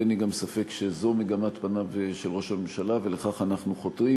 ואין לי גם ספק שזו מגמת פניו של ראש הממשלה ולכך אנחנו חותרים.